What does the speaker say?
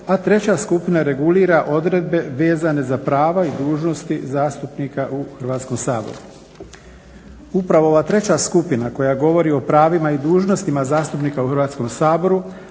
a treća skupina regulira odredbe vezane za prava i dužnosti zastupnika u Hrvatskom saboru. Upravo ova treća skupina govori o pravima i dužnostima zastupnika u Hrvatskom saboru,